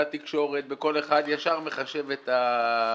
בתקשורת, ישר כל אחד מחשב את השליש.